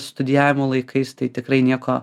studijavimo laikais tai tikrai nieko